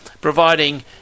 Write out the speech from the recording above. providing